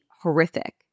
horrific